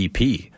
EP